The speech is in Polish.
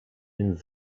więc